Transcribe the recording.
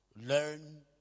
learn